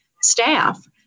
staff